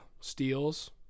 steals